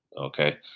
Okay